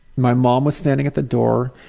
my mom was standing at the door.